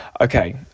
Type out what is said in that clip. Okay